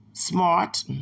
smart